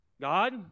God